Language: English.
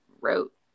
wrote